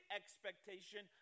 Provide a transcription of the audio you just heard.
expectation